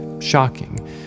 shocking